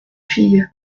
fille